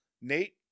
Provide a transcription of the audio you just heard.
Nate